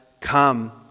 come